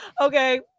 Okay